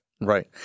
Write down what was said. right